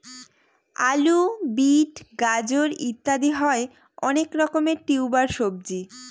আলু, বিট, গাজর ইত্যাদি হয় অনেক রকমের টিউবার সবজি